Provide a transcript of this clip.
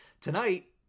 tonight